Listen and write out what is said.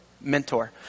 Mentor